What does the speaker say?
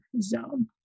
zone